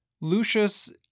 Lucius